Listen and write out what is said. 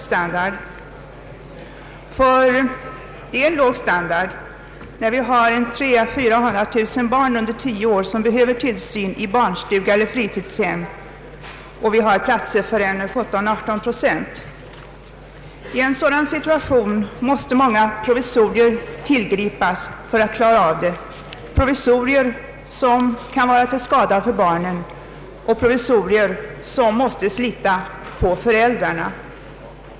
Standarden är nämligen låg när det finns 300 000 å 400 000 barn under tio år som behöver tillsyn i barnstuga eller fritidshem och vi har platser för 17—18 procent. I en sådan situation måste många provisorier tillgripas för att vi skall klara av problemen — provisorier som kan vara till skada för barnen och som måste slita på föräldrarna.